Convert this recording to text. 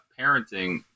parenting